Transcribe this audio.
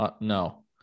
No